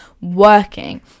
working